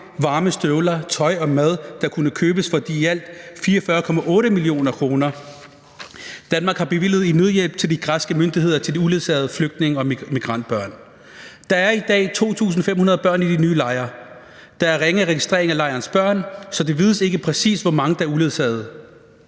hvor meget tøj og mad der kunne købes for de i alt 44,8 mio. kr., som Danmark har bevilget i nødhjælp til de græske myndigheder til de uledsagede flygtninge- og migrantbørn. Der er i dag 2.500 børn i de nye lejre. Der er ringe registrering af lejrenes børn, så det vides ikke, præcis hvor mange der er uledsagede.